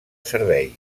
serveis